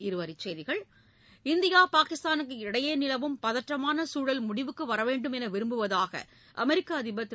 இருவரிச் செய்திகள் இந்தியா பாகிஸ்தானுக்கு இடையே நிலவும் பதற்றமான சூழல் முடிவுக்கு வரவேண்டும் என்று விரும்புவதாக அமெரிக்க அதிபர் திரு